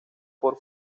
por